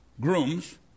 grooms